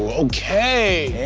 ok!